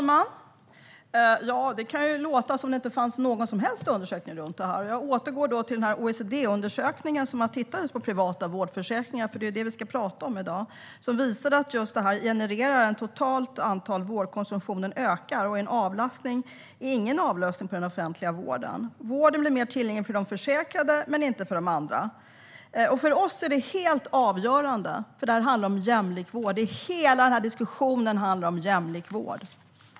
Fru talman! Det låter som att det inte finns några som helst undersökningar i frågan. Jag återkommer till den OECD-undersökning som har tittat på privata vårdförsäkringar. Det är vad vi pratar om i dag. Undersökningen visar att privata vårdförsäkringar genererar en ökning av den totala vårdkonsumtionen och inte utgör någon avlastning på den offentliga vården. Vården blir mer tillgänglig för de försäkrade men inte för de andra. För oss i Vänsterpartiet är detta helt avgörande. Det handlar om jämlik vård. Hela diskussionen handlar om jämlik vård.